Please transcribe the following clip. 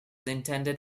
intended